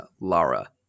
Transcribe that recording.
Lara